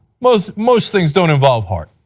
most most things don't involve heart.